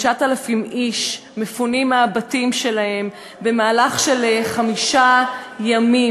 9,000 איש מפונים מהבתים שלהם במהלך של חמישה ימים,